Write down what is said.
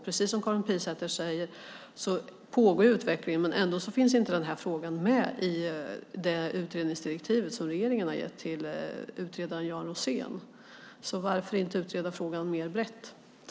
Precis som Karin Pilsäter säger pågår utvecklingen, men ändå finns inte den frågan med i det utredningsdirektiv som regeringen har gett till utredaren Jan Rosén. Varför inte utreda frågan mer brett?